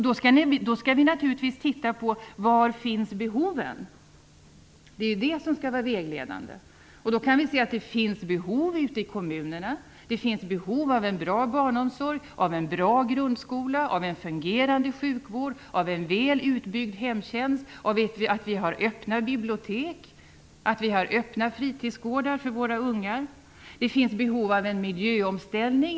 Då skall vi naturligtvis titta på var behoven finns. Det skall vara vägledande. Vi kan se att det finns behov ute i kommunerna. Det finns behov av en bra barnomsorg, en bra grundskola, en fungerande sjukvård och en väl utbyggd hemtjänst. Det finns behov av öppna bibliotek och öppna fritidsgårdar för våra ungar. Det finns behov av en miljöomställning.